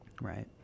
right